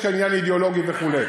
יש כאן עניין אידיאולוגי וכו'.